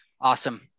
awesome